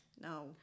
No